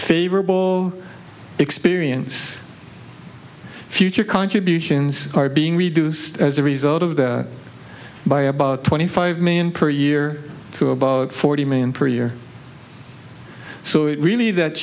favorable experience future contributions are being reduced as a result of that by about twenty five million per year to about forty million per year so it really that